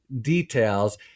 details